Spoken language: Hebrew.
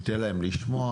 ניתן להם לשמוע,